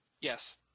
yes